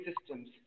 systems